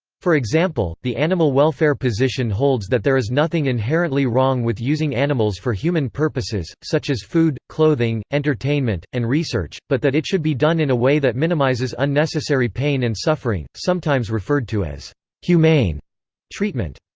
for example, the animal welfare position holds that there is nothing inherently wrong with using animals for human purposes, such as food, clothing, entertainment, and research, but that it should be done in a way that minimizes unnecessary pain and suffering, sometimes referred to as humane treatment.